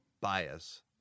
bias